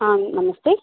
आं नमस्ते